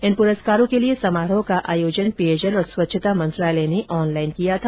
इन पुरस्कारों के लिए समारोह का आयोजन पेयजल और स्वच्छता मंत्रालय ने ऑनलाइन किया था